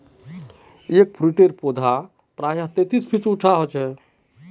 एगफ्रूटेर पौधा ला प्रायः तेतीस फीट उंचा होचे